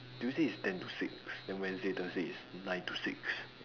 tuesday is ten to six then wednesday thursday is nine to six